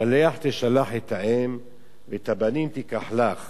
שַׁלֵּחַ תְּשַׁלַּח את האם ואת הבנים תִקח לך